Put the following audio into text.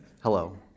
hello